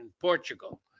Portugal